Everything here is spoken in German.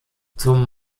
zum